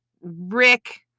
Rick